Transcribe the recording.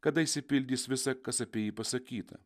kada išsipildys visa kas apie jį pasakyta